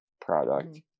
product